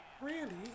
Randy